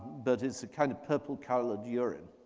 but it's kind of purple-colored urine.